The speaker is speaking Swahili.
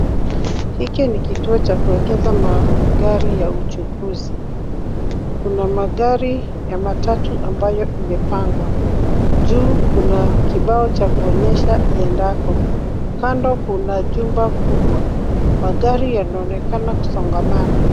Hiki ni kituo cha kuwekeza gari ya uchukuzi. Kuna magari ya matatu ambayo yamepangwa. Juu kuna kibao cha kuonyesha iendako. Kando kuna jumba kubwa. Magari yanaonekana kusongamana.